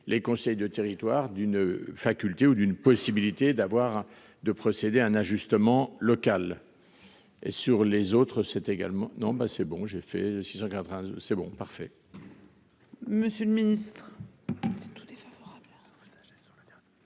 les conseils de territoires d'une faculté ou d'une possibilité d'avoir de procéder à un ajustement locale. Et sur les autres c'est également. Non ben c'est bon j'ai fait 80 c'est bon parfait.